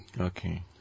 Okay